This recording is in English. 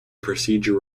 procedure